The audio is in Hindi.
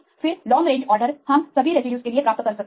फिर लॉन्ग रेंज आर्डर हम सभी रेसिड्यूज के लिए प्राप्त कर सकते हैं